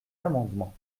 amendement